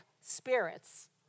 spirits